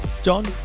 John